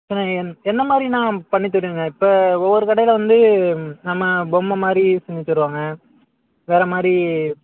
சரிண்ணே என் என்ன மாதிரிண்ணா பண்ணித் தருவீங்க இப்போ ஒவ்வொரு கடையில் வந்து நம்ம பொம்மை மாதிரி செஞ்சுத் தருவாங்கள் வேறு மாதிரி